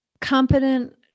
competent